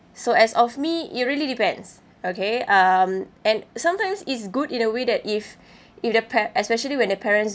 so as of me it really depends okay um and sometimes it's good in a way that if if the pa~ especially when the parents